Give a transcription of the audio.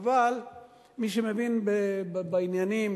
אבל מי שמבין בעניינים